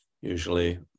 usually